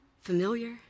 familiar